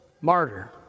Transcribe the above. martyr